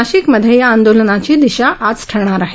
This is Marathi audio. नाशिकमध्ये या आंदोलनाची दिशा आज ठरणार आहे